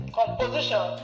composition